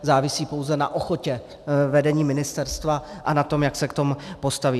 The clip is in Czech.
Závisí pouze na ochotě vedení ministerstva a na tom, jak se k tomu postaví.